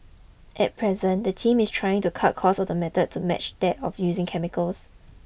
at present the team is trying to cut the cost of the method to match that of using chemicals